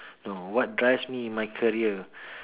no what drives me in my career